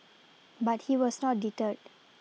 but he was not deterred